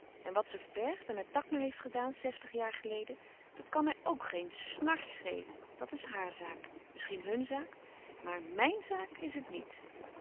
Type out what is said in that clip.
en wat ze verbergt en met takma heeft gedaan zestig jaar geleden dat kan mij ook geen snàrs schelen dat is haar zaak misschien hun zaak maar mijn zaak is het niet